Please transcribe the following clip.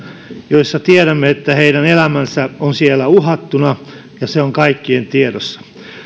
joista tiedämme että heidän elämänsä on siellä uhattuna ja se on kaikkien tiedossa